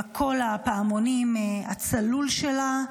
עם קול הפעמונים הצלול שלה.